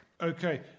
Okay